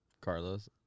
Carlos